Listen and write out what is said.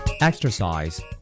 Exercise